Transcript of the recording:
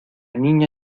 niña